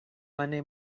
monday